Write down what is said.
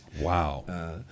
Wow